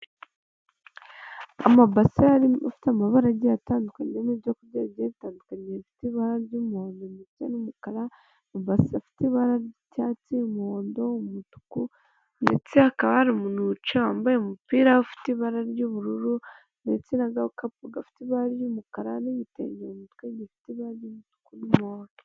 Amabasi afite amabara agiye atandukanye arimo ibyo kurya bigiye bitandukanye bifite ibara ry'umuhondo ndetse n'umukara. amabasi afite ibara ry'icyatsi, umuhondo, umutuku ndetse hakaba hari umuntu wicaye wambaye umupira ufite ibara ry'ubururu ndetse na gakapu gafite ibara ry'umukara n'igitenge mu mutwe gifite ibara ry'umutuku n'umuhodo.